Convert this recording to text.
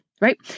right